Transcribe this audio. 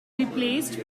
replaced